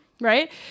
right